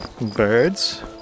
birds